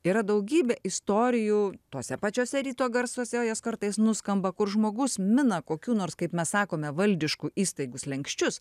yra daugybė istorijų tose pačiose ryto garsuose jos kartais nuskamba kur žmogus mina kokių nors kaip mes sakome valdiškų įstaigų slenksčius